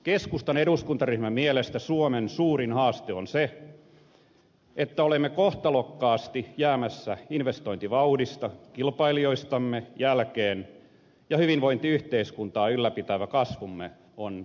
keskustan eduskuntaryhmän mielestä suomen suurin haaste on se että olemme kohtalokkaasti jäämässä investointivauhdista kilpailijoistamme jälkeen ja hyvinvointiyhteiskuntaa ylläpitävä kasvumme on hiipumassa